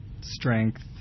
Strength